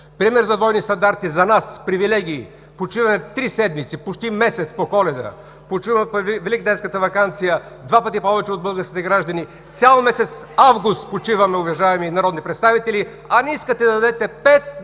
пример за двойни стандарти: за нас привилегии – почиваме три седмици, почти месец по Коледа, почиваме по великденската ваканция два пъти повече от българските граждани, цял месец август почиваме, уважаеми народни представители, а не искате да дадете пет дни